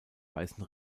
weißen